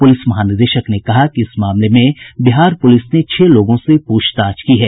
police महानिदेशक ने कहा कि इस मामले में बिहार पुलिस ने छह लोगों से पूछताछ की है